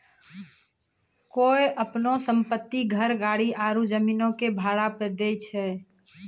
कोय अपनो सम्पति, घर, गाड़ी आरु जमीनो के भाड़ा पे दै छै?